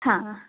ಹಾ